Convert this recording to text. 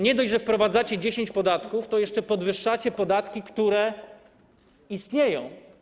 Nie dość, że wprowadzacie 10 podatków, to jeszcze podwyższacie podatki, które istnieją.